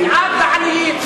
תדאג לעניים, תדאג למובטלים.